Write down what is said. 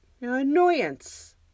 Annoyance